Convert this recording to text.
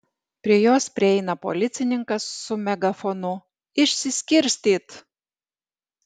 prie jos prieina policininkas su megafonu išsiskirstyt